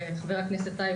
חבר הכנסת טייב,